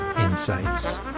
Insights